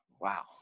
Wow